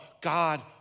God